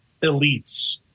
elites